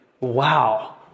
wow